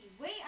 wait